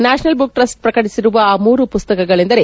national Book Trust ಪ್ರಕಟಿಸಿರುವ ಆ ಮೂರು ಪುಸ್ತಕಗಳೆಂದರೆ